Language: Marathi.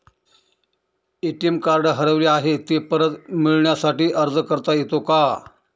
ए.टी.एम कार्ड हरवले आहे, ते परत मिळण्यासाठी अर्ज करता येतो का?